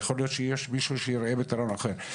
יכול להיות שמישהו ייראה פתרון אחר,